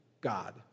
God